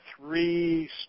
three